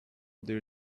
their